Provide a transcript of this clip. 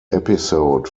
episode